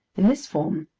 in this form,